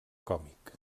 còmic